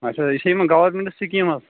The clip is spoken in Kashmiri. اچھا یہِ چھا یِمن گورنمنٹ سِکیٖم حظ